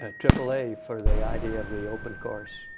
a triple a for the idea of the open course.